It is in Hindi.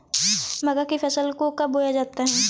मक्का की फसल को कब बोया जाता है?